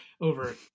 over